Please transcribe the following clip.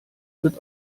wird